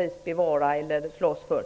riktigt hur han uttryckte sig.